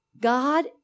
God